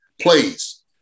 plays